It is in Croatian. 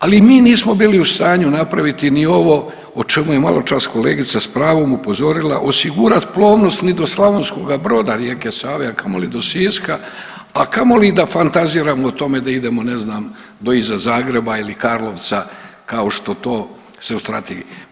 Ali mi nismo bili u stanju napraviti niti ovo o čemu je maločas kolegica s pravom upozorila, osigurati plovnost ni do Slavonskoga Broda rijeke Save, a kamoli do Siska, a kamoli da fantaziramo o tome da idemo, ne znam, do iza Zagreba ili Karlovca, kao što to se u Strategiji.